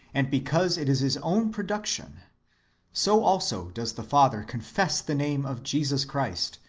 and because it is his own production so also does the father confess the name of jesus christ,